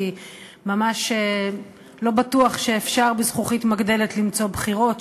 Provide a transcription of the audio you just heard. כי ממש לא בטוח שאפשר בזכוכית מגדלת למצוא בכירות,